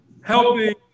helping